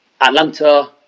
Atlanta